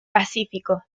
pacífico